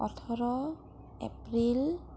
ওঠৰ এপ্ৰিল